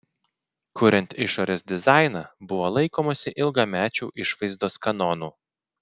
kuriant išorės dizainą buvo laikomasi ilgamečių išvaizdos kanonų